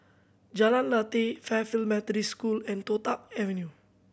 Jalan Lateh Fairfield Methodist School and Toh Tuck Avenue